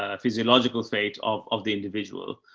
ah physiological fate of of the individual.